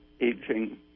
aging